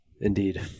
indeed